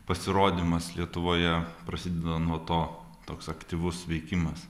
pasirodymas lietuvoje prasideda nuo to toks aktyvus veikimas